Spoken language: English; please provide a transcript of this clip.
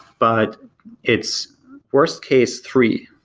but its worst-case three,